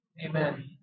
Amen